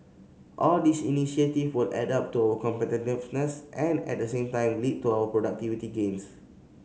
all these initiative will add up to our competitiveness and at the same time lead to our productivity gains